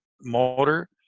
motor